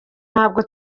ntabwo